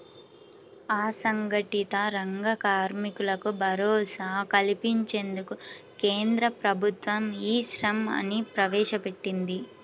అసంఘటిత రంగ కార్మికులకు భరోసా కల్పించేందుకు కేంద్ర ప్రభుత్వం ఈ శ్రమ్ ని ప్రవేశపెట్టింది